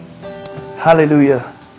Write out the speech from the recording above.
Hallelujah